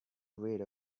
read